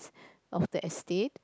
of the estate